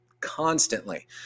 constantly